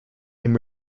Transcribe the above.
and